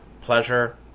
pleasure